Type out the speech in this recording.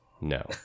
No